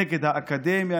נגד האקדמיה,